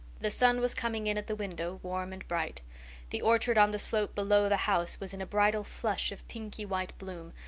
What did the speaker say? the sun was coming in at the window warm and bright the orchard on the slope below the house was in a bridal flush of pinky-white bloom,